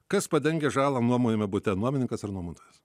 kas padengia žalą nuomojame bute nuomininkas ar nuomotojas